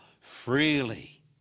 freely